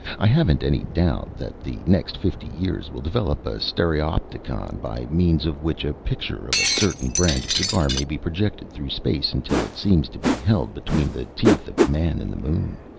i haven't any doubt that the next fifty years will develop a stereopticon by means of which a picture of a certain brand of cigar may be projected through space until it seems to be held between the teeth of the man in the moon,